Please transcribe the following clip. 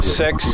six